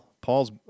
Paul's